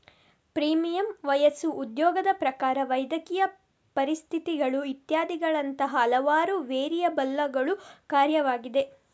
premium ವಯಸ್ಸು, ಉದ್ಯೋಗದ ಪ್ರಕಾರ, ವೈದ್ಯಕೀಯ ಪರಿಸ್ಥಿತಿಗಳು ಇತ್ಯಾದಿಗಳಂತಹ ಹಲವಾರು ವೇರಿಯಬಲ್ಲುಗಳ ಕಾರ್ಯವಾಗಿದೆ